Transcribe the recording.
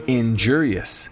injurious